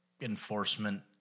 enforcement